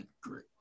great